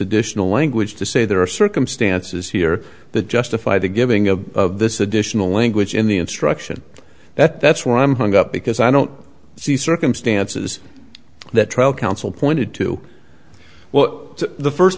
additional language to say there are circumstances here that justify the giving of of this additional language in the instruction that that's where i'm hung up because i don't see circumstances that trial counsel pointed to well the